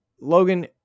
Logan